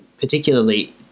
particularly